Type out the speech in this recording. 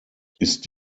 ist